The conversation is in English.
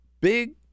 big